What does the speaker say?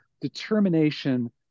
determination